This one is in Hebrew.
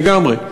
לגמרי.